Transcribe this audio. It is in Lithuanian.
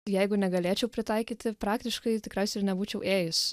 jeigu negalėčiau pritaikyti praktiškai tikriausiai ir nebūčiau ėjus